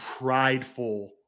prideful